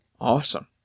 Awesome